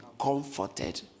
comforted